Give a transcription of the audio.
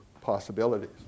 possibilities